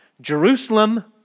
Jerusalem